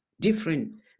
different